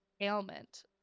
ailment